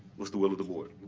what's the will of the board?